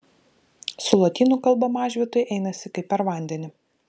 su lotynų kalba mažvydui einasi kaip per vandenį